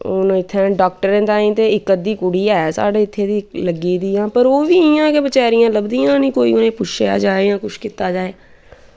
हून इत्थें डाक्टरें तांईं ते इक अध्दी कुड़ी है साढ़े इत्थें दी लग्गी दी ऐ पर ओह्बी इ'यां गै बचैरियां लब्भदियां गै नी कोई उनेंई पुच्छेआ जाए जां कुछ कीता जाए